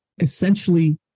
essentially